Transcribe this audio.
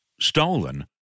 stolen